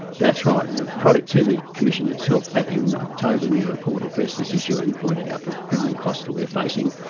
that's right, and the productivity commission itself back in october in their report addressed this issue and pointed out the growing costs that we're facing,